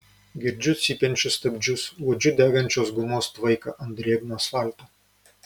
girdžiu cypiančius stabdžius uodžiu degančios gumos tvaiką ant drėgno asfalto